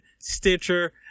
stitcher